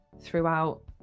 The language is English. throughout